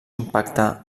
impacte